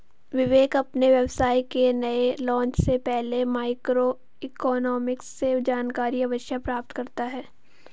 विवेक अपने व्यवसाय के नए लॉन्च से पहले माइक्रो इकोनॉमिक्स से जानकारी अवश्य प्राप्त करता है